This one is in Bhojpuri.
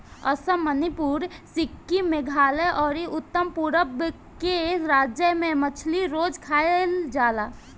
असम, मणिपुर, सिक्किम, मेघालय अउरी उत्तर पूरब के राज्य में मछली रोज खाईल जाला